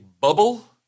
bubble